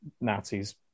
Nazis